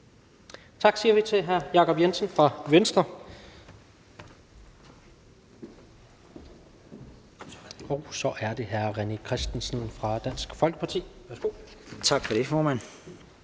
Tak siger vi til hr. Jacob Jensen fra Venstre. Og så er det hr. René Christensen fra Dansk Folkeparti. Værsgo.